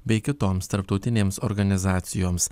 bei kitoms tarptautinėms organizacijoms